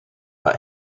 but